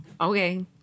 Okay